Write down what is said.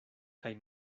kaj